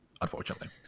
unfortunately